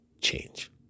change